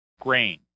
Grain